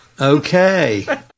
Okay